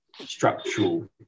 structural